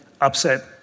upset